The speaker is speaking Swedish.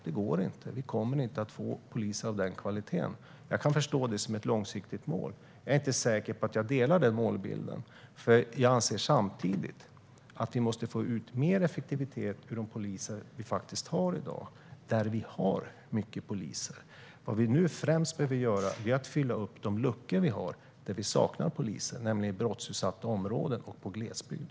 Det går inte - vi kommer inte att få poliser av den kvalitet som vi vill ha. Jag kan förstå det som ett långsiktigt mål, även om jag inte är säker på att jag delar den målbilden. Jag anser nämligen även att vi måste få ut mer effektivitet ur de poliser vi redan har på platser där det finns många poliser. Vad vi nu främst behöver göra är att fylla upp de luckor vi har på platser där vi saknar poliser, nämligen i brottsutsatta områden och på glesbygden.